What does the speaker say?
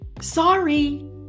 Sorry